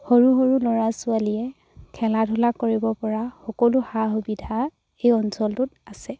সৰু সৰু ল'ৰা ছোৱালীয়ে খেলা ধূলা কৰিবপৰা সকলো সা সুবিধা সেই অঞ্চলটোত আছে